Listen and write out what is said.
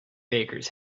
bakers